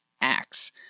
Acts